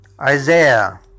Isaiah